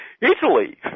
Italy